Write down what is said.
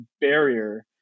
barrier